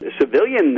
Civilian